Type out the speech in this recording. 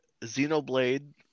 Xenoblade